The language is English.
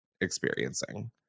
experiencing